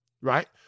right